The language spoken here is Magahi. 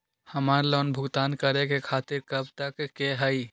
हमार लोन भुगतान करे के तारीख कब तक के हई?